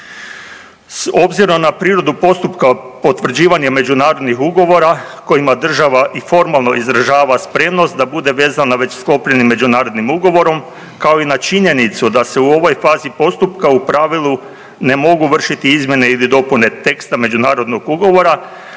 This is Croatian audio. obzirom na prirodu postupka potvrđivanje međunarodnih ugovora, kojima država i formalno izražava spremnost da bude vezana već sklopljenim međunarodnim ugovorom, kao i na činjenicu da se u ovoj fazi postupka u pravilu ne mogu vršiti izmjene ili dopune teksta međunarodnog ugovora,